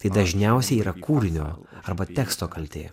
tai dažniausiai yra kūrinio arba teksto kaltė